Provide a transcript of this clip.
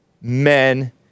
men